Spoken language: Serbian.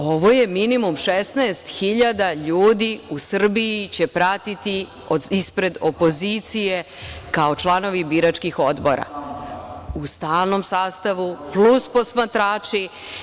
Ovo je minimum - 16 hiljada ljudi u Srbiji će pratiti ispred opozicije kao članovi biračkih odbora u stalnom sastavu, plus posmatrači.